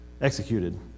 executed